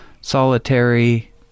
solitary